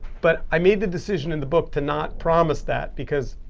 but i made the decision in the book to not promise that. because